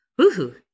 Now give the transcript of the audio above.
Woohoo